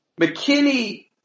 McKinney